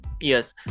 Yes